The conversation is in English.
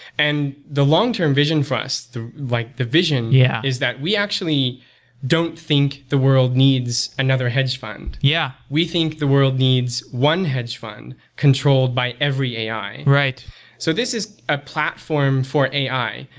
and the long term vision for us, the like the vision, yeah is that we actually don't think the world needs another hedge fund. yeah we think the world needs one hedge fund controlled by every ai. right so this is a platform for ai.